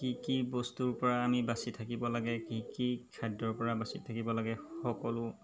কি কি বস্তুৰ পৰা আমি বাছি থাকিব লাগে কি কি খাদ্যৰ পৰা বাছি থাকিব লাগে সকলো